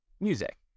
music